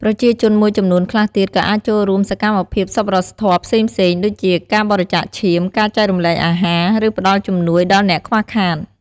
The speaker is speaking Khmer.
ប្រជាជនមួយចំនួនខ្លះទៀត ក៏អាចចូលរួមសកម្មភាពសប្បុរសធម៌ផ្សេងៗ ដូចជាការបរិច្ចាគឈាម ការចែករំលែកអាហារ ឬផ្ដល់ជំនួយដល់អ្នកខ្វះខាត។